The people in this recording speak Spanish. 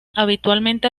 habitualmente